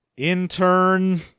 intern